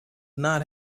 not